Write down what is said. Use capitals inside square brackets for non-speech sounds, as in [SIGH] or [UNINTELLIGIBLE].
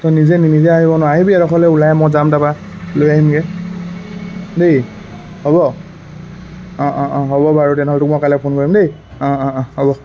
[UNINTELLIGIBLE]